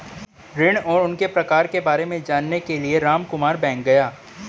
ऋण और उनके प्रकार के बारे में जानने के लिए रामकुमार बैंक गया